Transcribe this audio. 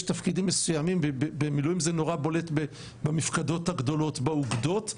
יש תפקידים מסוימים ובמילואים זה נורא בולט במפקדות הגדולות באוגדות,